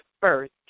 first